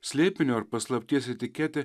slėpinio ar paslapties etiketė